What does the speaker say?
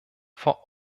vor